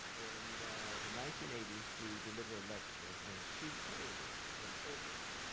in the nineteen eighty s to deliver a lecture, and she came from oberlin.